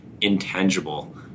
intangible